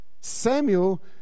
Samuel